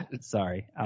Sorry